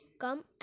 Come